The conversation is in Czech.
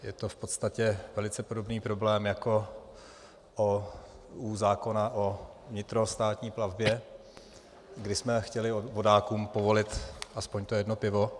Je to v podstatě velice podobný problém jako u zákona o vnitrostátní plavbě, kdy jsme chtěli vodákům povolit aspoň to jedno pivo.